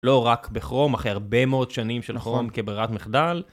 לא רק בכרום, אחרי הרבה מאוד שנים של כרום כברירת מחדל.